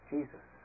Jesus